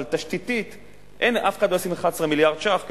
אבל תשתיתית אף אחד לא ישים 11 מיליארד שקלים